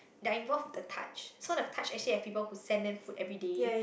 they are involved with the Touch so the Touch actually have people who send them food everyday